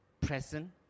present